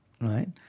right